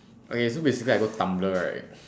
okay so basically I go Tumblr right